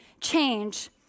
change